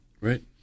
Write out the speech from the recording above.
Right